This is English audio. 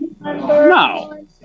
No